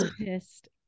pissed